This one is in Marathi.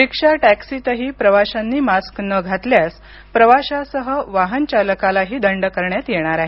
रिक्षा टॅक्सीतही प्रवाशांनी मास्क न घातल्यास प्रवाशासह वाहन चालकालाही दंड करण्यात येणार आहे